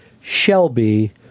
Shelby